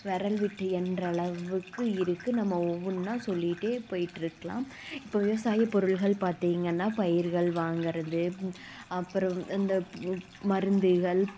விரல் விட்டு எண்ணுற அளவுக்கு இருக்குது நம்ம ஒவ்வொன்னா சொல்லிகிட்டே போயிட்டுருக்கலாம் இப்போ விவசாயப் பொருள்கள் பார்த்தீங்கன்னா பயிர்கள் வாங்குறது அப்புறம் இந்த பு மருந்துகள்